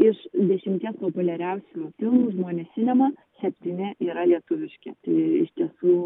iš dešimties populiariausių filmų žmonės sinema septyni yra lietuviški tai iš tiesų